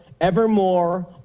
evermore